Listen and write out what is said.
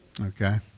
Okay